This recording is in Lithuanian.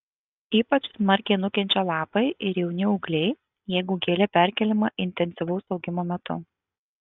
ypač smarkiai nukenčia lapai ir jauni ūgliai jeigu gėlė perkeliama intensyvaus augimo metu